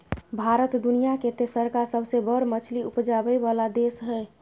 भारत दुनिया के तेसरका सबसे बड़ मछली उपजाबै वाला देश हय